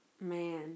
man